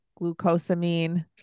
glucosamine